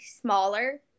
smaller